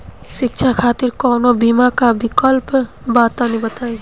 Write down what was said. शिक्षा खातिर कौनो बीमा क विक्लप बा तनि बताई?